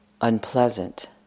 unpleasant